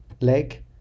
Leg